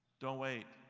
don't wait.